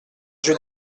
just